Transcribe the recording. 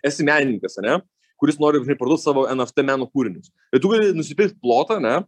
esi menininkas ane kuris nori parduot savo nft meno kūrinius tu gali nusipirkt plotą ane